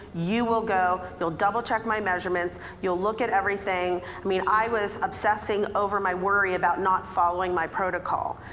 you will go. you'll double-check my measurements, you'll look at everything. i mean, i was obsessing over my worry about not following my protocol.